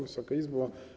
Wysoka Izbo!